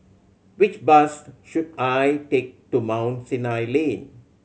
which bus should I take to Mount Sinai Lane